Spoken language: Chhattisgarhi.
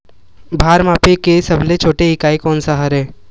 भार मापे के सबले छोटे इकाई कोन सा हरे?